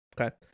Okay